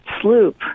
sloop